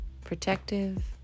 protective